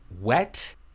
wet